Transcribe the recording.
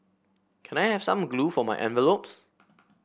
can I have some glue for my envelopes